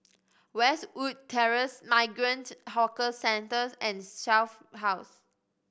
Westwood Terrace Migrant Horkers Centres and Shelf House